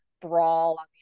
brawl